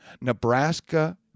Nebraska